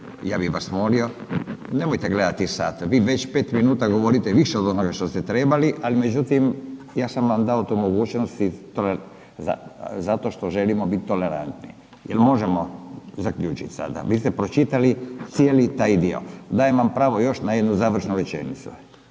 ja bih vas molimo, nemojte gledati sat, vi već 5 minuta govorite više od onoga što ste trebali, ali međutim ja sam vam dao tu mogućnost zato što želimo biti tolerantni. Jel možemo zaključiti sada? Vi ste pročitali cijeli taj dio. Dajem vam pravo još na jednu završnu rečenicu.